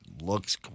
looks